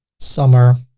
summer,